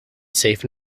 safe